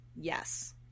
yes